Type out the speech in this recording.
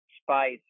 spice